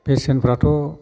बेसेनफ्राथ'